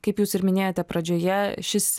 kaip jūs ir minėjote pradžioje šis